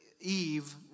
Eve